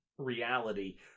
Reality